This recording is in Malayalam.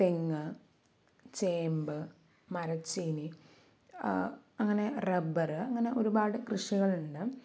തെങ്ങ് ചേമ്പ് മരച്ചീനി അങ്ങനെ റബ്ബർ അങ്ങനെ ഒരുപാട് കൃഷികളുണ്ട്